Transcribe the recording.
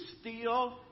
steal